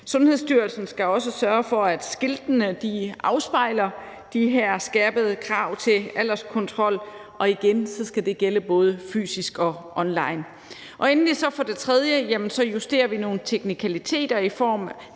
Sundhedsstyrelsen skal også sørge for, at skiltene afspejler de her skærpede krav til alderskontrol, og igen skal det gælde både fysisk og online. Endelig og for det tredje justerer vi nogle teknikaliteter i form af